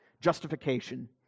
justification